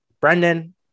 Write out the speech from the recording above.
Brendan